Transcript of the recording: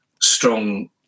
strong